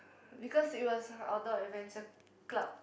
because it was Outdoor Adventure Club